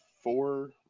four